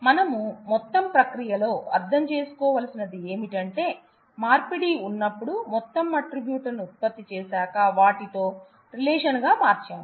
మనము మొత్తం ప్రక్రియలో అర్థం చేసుకోవలసినది ఏమిటంటే మార్పిడి ఉన్నప్పుడు మొత్తం అట్ట్రిబ్యూట్ లను ఉత్పత్తి చేశాక వాటితో రిలేషన్ గా మార్చాము